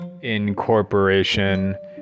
incorporation